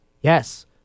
yes